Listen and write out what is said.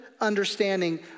understanding